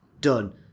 done